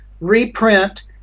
reprint